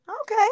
Okay